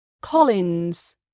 Collins